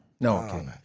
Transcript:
No